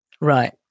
Right